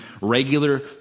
regular